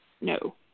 no